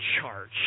charge